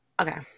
okay